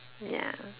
ya